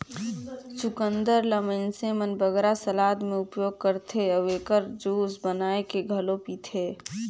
चुकंदर ल मइनसे मन बगरा सलाद में उपयोग करथे अउ एकर जूस बनाए के घलो पीथें